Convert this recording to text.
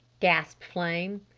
gasped flame.